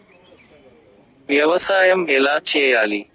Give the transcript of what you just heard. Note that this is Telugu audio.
వ్యవసాయం ఎలా చేయాలి?